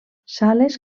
sales